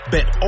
Bet